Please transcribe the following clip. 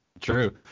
True